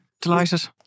Delighted